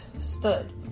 stood